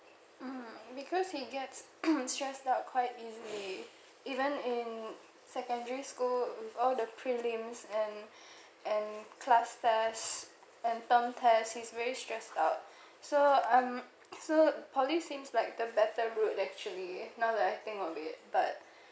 mm because he gets stressed out quite easily even in secondary school with all the prelims and and class tests and term tests he's very stressed out so I'm so poly seems like the better route actually now that I think of it but